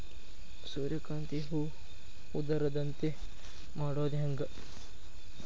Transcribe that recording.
ಸೂರ್ಯಕಾಂತಿ ಹೂವ ಉದರದಂತೆ ಮಾಡುದ ಹೆಂಗ್?